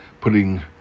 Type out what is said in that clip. putting